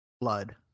blood